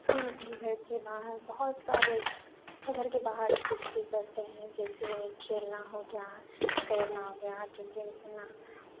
हम अपनी घर के बाहर बहुत सारे घर के बाहर एक्टिविटी करते हैं जैसे खेलना हो गया तैरना हो गया किरकेट खेलना